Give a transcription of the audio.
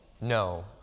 no